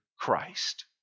Christ